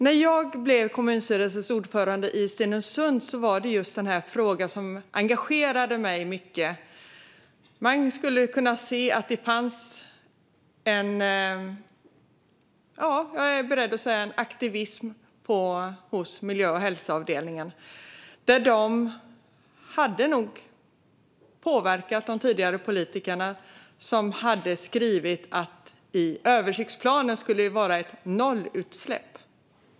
När jag blev kommunstyrelsens ordförande i Stenungsund var det just den här frågan som engagerade mig mycket. Jag är beredd att säga att det fanns en aktivism hos miljö och hälsoavdelningen. De hade nog påverkat de tidigare politikerna, som hade skrivit att det skulle vara ett nollutsläpp för det som omfattades av översiktsplanen.